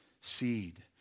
seed